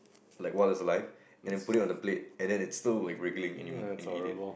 like while it's alive and then put it on the plate and then it's still like wiggling and you and you eat it